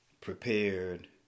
prepared